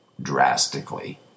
drastically